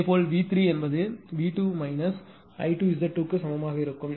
இதேபோல் V3 என்பது V2 I2Z2 க்கு சமமாக இருக்கும்